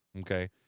okay